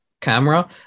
camera